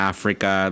Africa